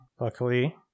Luckily